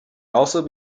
also